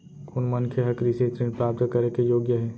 कोन मनखे ह कृषि ऋण प्राप्त करे के योग्य हे?